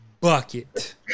Bucket